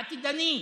עתידני.